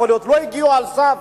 יכול להיות שלא הגיעו לסף